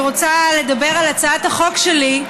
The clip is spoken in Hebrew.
אני רוצה לדבר על הצעת החוק שלי,